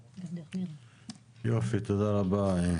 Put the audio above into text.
יופי, תודה רבה.